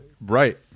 Right